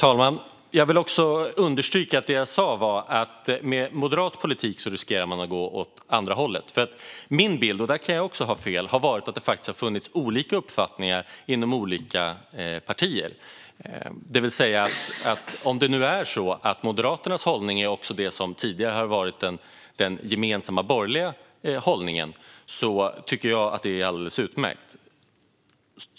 Herr talman! Jag vill understryka att det jag sa var att man med moderat politik riskerar att gå åt andra hållet. Min bild är nämligen - jag kan ha fel - att det faktiskt har funnits olika uppfattningar inom olika partier. Om det nu är så att Moderaternas hållning också är det som tidigare har varit den gemensamma borgerliga hållningen tycker jag alltså att det är alldeles utmärkt.